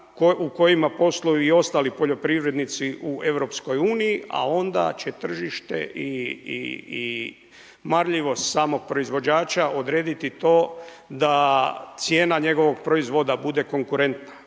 u kojima posluju i ostali poljoprivrednici u Europskoj uniji, a onda će tržište i marljivost samog proizvođača odrediti to da cijena njegovog proizvoda bude konkurentna.